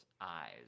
eyes